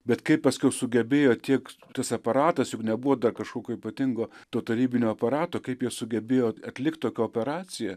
bet kaip paskiau sugebėjo tiek tas aparatas juk nebuvo kažkokio ypatingo to tarybinio aparato kaip jie sugebėjo atlikti tokią operaciją